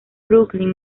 brooklyn